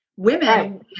Women